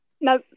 No